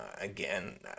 again